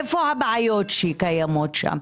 איפה הבעיות שקיימות שם.